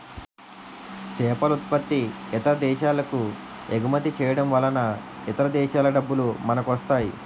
సేపలుత్పత్తి ఇతర దేశాలకెగుమతి చేయడంవలన ఇతర దేశాల డబ్బులు మనకొస్తాయి